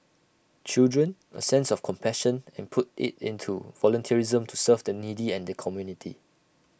children A sense of compassion and put IT into volunteerism to serve the needy and the community